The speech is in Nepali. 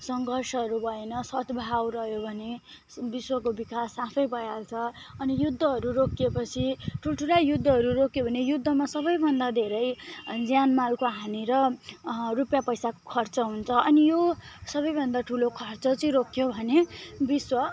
सङ्घर्षहरू भएन सद्भाव रह्यो भने विश्वको विकास आफै भइहाल्छ अनि युद्धहरू रोकियोपछि ठुल्ठुला युद्धहरू रोकियो भने युद्धमा सबैभन्दा धेरै अनि ज्यानमालको हानि र रुपियाँ पैसाको खर्च हुन्छ अनि यो सबैभन्दा ठुलो खर्च चाहिँ रोकियो भने विश्व